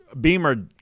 Beamer